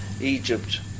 Egypt